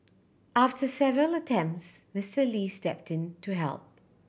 after several attempts Mister Lee stepped in to help